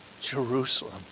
Jerusalem